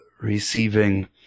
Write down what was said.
receiving